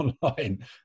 online